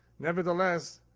nevertheless,